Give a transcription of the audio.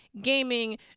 gaming